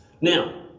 now